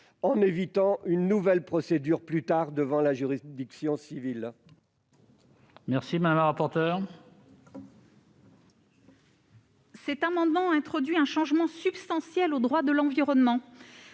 en évitant une nouvelle procédure plus tard devant la juridiction civile.